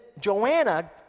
Joanna